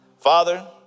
Father